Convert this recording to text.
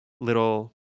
little